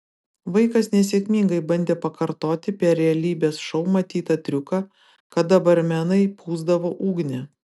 vaikas nesėkmingai bandė pakartoti per realybės šou matytą triuką kada barmenai pūsdavo ugnį